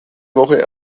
woche